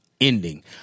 ending